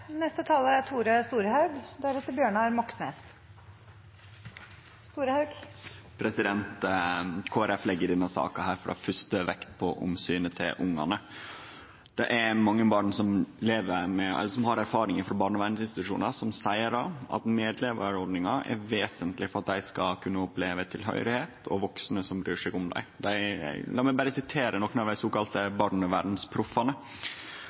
legg i denne saka for det første vekt på omsynet til ungane. Det er mange barn som har erfaringar frå barnevernsinstitusjonar som seier at medlevarordningar er vesentlege for at dei skal kunne oppleve tilhøyrsel og vaksne som bryr seg om dei. Lat meg berre sitere nokre av dei